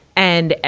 and,